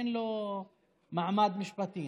אין לו מעמד משפטי.